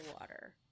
water